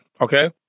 okay